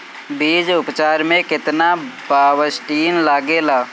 बीज उपचार में केतना बावस्टीन लागेला?